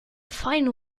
final